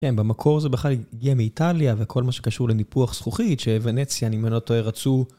כן, במקור זה בכלל הגיע מאיטליה וכל מה שקשור לניפוח זכוכית, שונציה, אם אני לא טועה, רצו...